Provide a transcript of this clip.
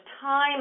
time